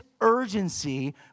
urgency